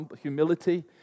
humility